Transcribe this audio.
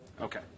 Okay